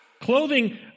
Clothing